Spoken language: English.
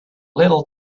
little